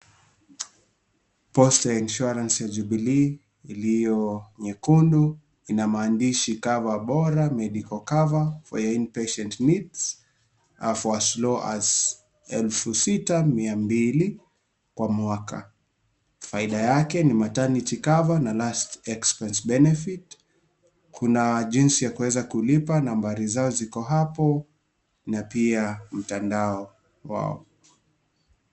Posta ya insurance ya Jubilee iliyo nyekundu ina maandishi coverbora medical cover for your inpatient needs for as low as elfu sita mia mbili kwa mwaka . Faida yake ni mataernity cover na last expense benefit . Kuna jinsi ya kuweza kulipa nambari zao ziko hapo na pia mtandao wao.